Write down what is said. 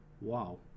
wow